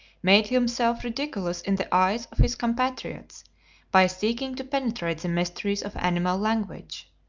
made himself ridiculous in the eyes of his compatriots by seeking to penetrate the mysteries of animal language.